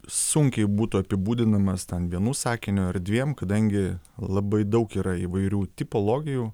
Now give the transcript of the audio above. sunkiai būtų apibūdinamas ten vienu sakiniu ar dviem kadangi labai daug yra įvairių tipologijų